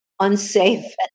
unsafe